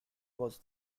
was